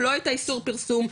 לא את האיסור פרסום,